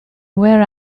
where